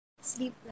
sleep